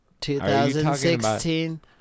2016